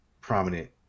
prominent